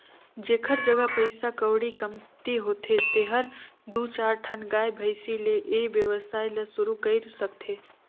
जेखर जघा पइसा कउड़ी कमती होथे तेहर दू चायर ठन गाय, भइसी ले ए वेवसाय ल सुरु कईर सकथे